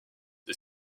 est